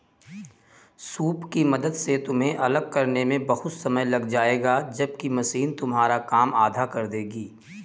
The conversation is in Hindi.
सूप की मदद से तुम्हें अलग करने में बहुत समय लग जाएगा जबकि मशीन तुम्हारा काम आधा कर देगी